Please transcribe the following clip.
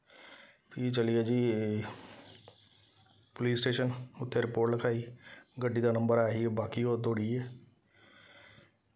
फ्ही चली गे जी पुलिस स्टेशन उत्थै रपोट लखाई गड्डी दा नंबर है ही बाकी ओह् दौड़ी गे